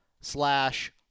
slash